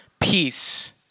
peace